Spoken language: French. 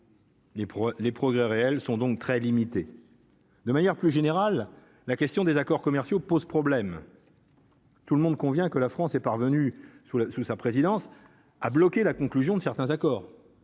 les progrès réels sont donc très limités de manière plus générale, la question des accords commerciaux pose problème, tout le monde convient que la France est parvenue sous la sous sa présidence, a bloqué la conclusion de certains accords,